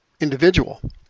individual